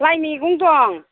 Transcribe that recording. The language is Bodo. लाइ मैगं दं